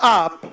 up